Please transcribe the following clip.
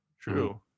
True